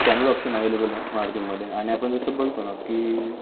चांगलं option available आहे मारुतीमध्ये आणि आपण जसं बोलतो ना की